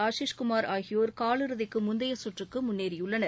ஆஷிஷ் குமார் ஆகியோர் காலிறுதிக்கு முந்தைய சுற்றுக்கு முன்னேறியுள்ளனர்